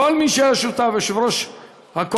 לכל מי שהיה שותף: יושב-ראש הקואליציה,